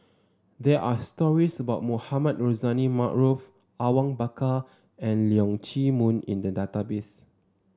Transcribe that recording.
there are stories about Mohamed Rozani Maarof Awang Bakar and Leong Chee Mun in the database